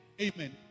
Amen